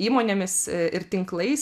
įmonėmis ir tinklais